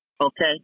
Okay